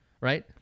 right